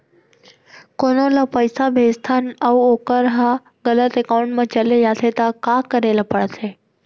कोनो ला पइसा भेजथन अऊ वोकर ह गलत एकाउंट में चले जथे त का करे ला पड़थे?